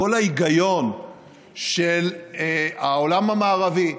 כל ההיגיון של העולם המערבי,